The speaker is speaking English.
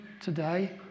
today